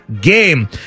game